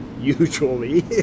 usually